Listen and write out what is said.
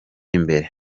imbere